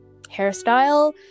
hairstyle